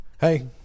hey